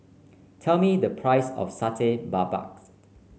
tell me the price of Satay Babat